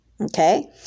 Okay